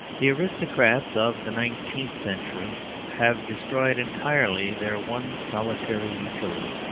the aristocrats of the nineteenth century have destroyed entirely their one solitary utility.